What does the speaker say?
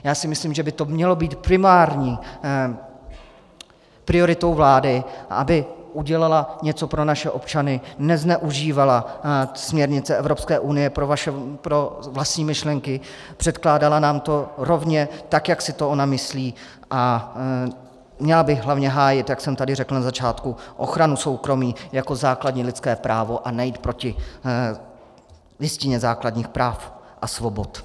Já si myslím, že by to mělo být primární prioritou vlády, aby udělala něco pro naše občany, nezneužívala směrnice Evropské unie pro vlastní myšlenky, předkládala nám to rovně, tak jak si to ona myslí, a měla by hlavně hájit, jak jsem tady řekl na začátku, ochranu soukromí jako základní lidské právo a nejít proti Listině základních práv a svobod.